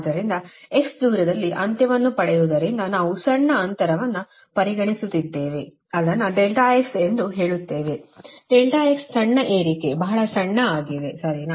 ಆದ್ದರಿಂದ x ದೂರದಲ್ಲಿ ಅಂತ್ಯವನ್ನು ಪಡೆಯುವುದರಿಂದ ನಾವು ಸಣ್ಣ ಅಂತರವನ್ನು ಪರಿಗಣಿಸುತ್ತಿದ್ದೇವೆ ಅದನ್ನು ∆x ಎಂದು ಹೇಳುತ್ತೇವೆ ∆x ಸಣ್ಣ ಏರಿಕೆ ಬಹಳ ಸಣ್ಣ ಆಗಿದೆ ಸರಿನಾ